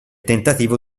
tentativo